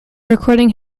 recording